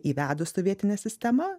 įvedus sovietinę sistemą